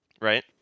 Right